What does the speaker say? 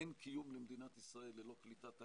אין קיום למדינת ישראל ללא קליטת עלייה.